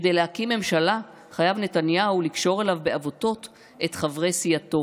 כדי להקים ממשלה חייב נתניהו לקשור אליו בעבותות את חברי סיעתו.